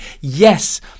Yes